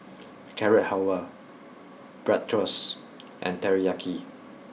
Carrot Halwa Bratwurst and Teriyaki